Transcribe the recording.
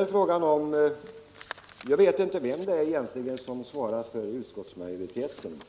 uttalanden. Jag vet inte vem det är som egentligen svarar för utskottsmajoriteten.